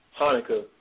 Hanukkah